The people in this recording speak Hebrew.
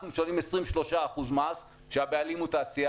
אנחנו משלמים 23% מס כשהבעלים הוא תעשייה